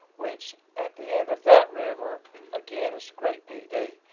which at the end of that river again is the great pd.